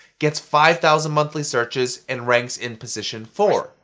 gets five thousand monthly searches, and ranks in position four.